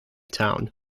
town